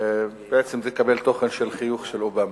בעצם תקבל תוכן של חיוך של אובמה.